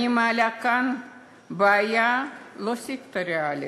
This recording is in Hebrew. אני מעלה כאן בעיה לא סקטוריאלית.